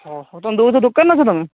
ହଉ ହଉ ତୁମେ ଦେଉଛ ଦୋକାନରେ ଅଛ ତୁମେ